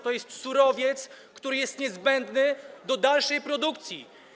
To jest surowiec, który jest niezbędny do dalszej produkcji.